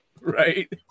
right